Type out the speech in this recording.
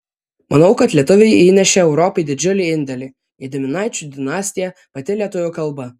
manau kad lietuviai įnešė europai didžiulį indėlį gediminaičių dinastija pati lietuvių kalba